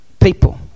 people